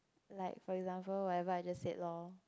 like for example whatever I just said lor